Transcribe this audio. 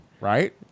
right